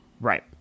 Right